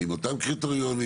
עם אותם קריטריונים,